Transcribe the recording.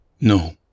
No